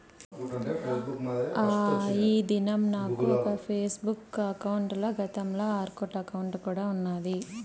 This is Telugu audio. ఆ, ఈ దినం నాకు ఒక ఫేస్బుక్ బుక్ అకౌంటల, గతంల ఆర్కుట్ అకౌంటు కూడా ఉన్నాది